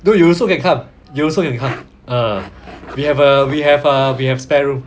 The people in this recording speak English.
bro you also can come you also can come uh we have err we have err we have spare room